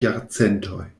jarcentoj